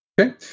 Okay